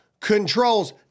controls